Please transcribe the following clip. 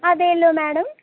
അതെയല്ലോ മാഡം